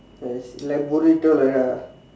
nice like buritto like that ah